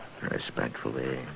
Respectfully